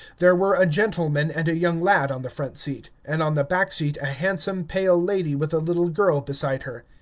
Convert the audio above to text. there were a gentleman and a young lad on the front seat, and on the back seat a handsome pale lady with a little girl beside her.